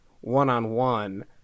one-on-one